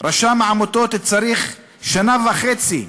רשם העמותות צריך שנה וחצי,